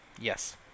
Yes